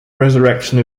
resurrection